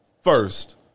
first